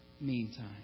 meantime